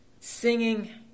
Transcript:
singing